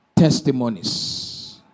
Testimonies